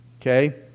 Okay